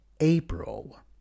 April